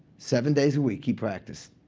seven days a week, he practiced.